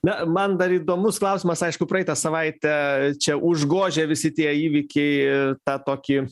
na man dar įdomus klausimas aišku praeitą savaitę čia užgožia visi tie įvykiai tą tokį